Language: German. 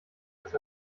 als